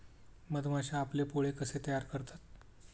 मधमाश्या आपले पोळे कसे तयार करतात?